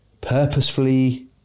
purposefully